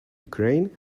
ukraine